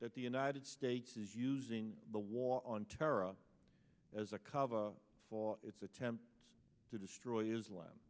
that the united states is using the war on terror as a cover for its attempts to destroy islam